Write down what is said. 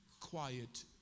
quiet